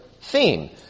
theme